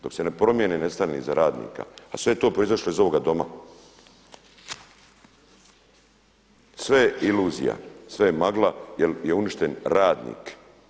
Dok se ne promijene i nestane iza radnika, a sve je to proizašlo iz ovoga Doma, sve je iluzija, sve je magla jel je uništen radnik.